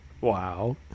wow